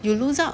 you lose out